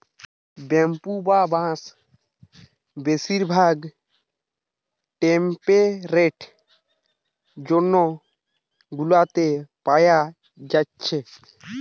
bamboo বা বাঁশ বেশিরভাগ টেম্পেরেট জোন গুলাতে পায়া যাচ্ছে